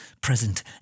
present